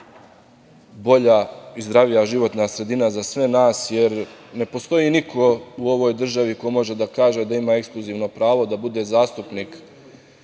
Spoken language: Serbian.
bolja i zdravija životna sredina za sve nas, jer ne postoji niko u ovoj državi ko može da kaže da ima ekskluzivno pravo da bude zastupnik